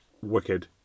wicked